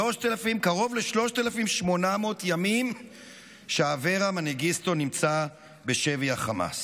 קרוב ל-3,800 ימים שאברה מנגיסטו נמצא בשבי חמאס,